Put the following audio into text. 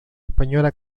española